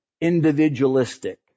individualistic